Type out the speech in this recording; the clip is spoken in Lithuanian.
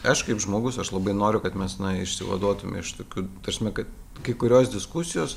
aš kaip žmogus aš labai noriu kad mes na išsivaduotumėme iš tokių ta prasme kad kai kurios diskusijos